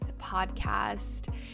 podcast